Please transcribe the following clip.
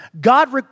God